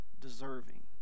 deserving